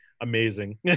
amazing